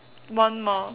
one more